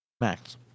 Max